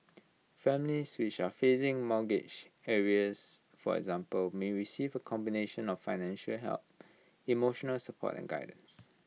families which are facing mortgage arrears for example may receive A combination of financial help emotional support and guidance